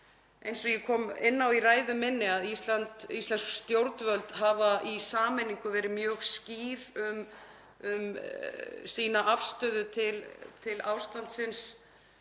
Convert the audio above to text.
eins og ég kom inn á í ræðu minni, að Ísland, íslensk stjórnvöld hafa í sameiningu verið mjög skýr um sína afstöðu til ástandsins